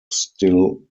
still